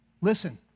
listen